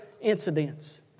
incidents